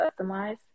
customize